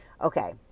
Okay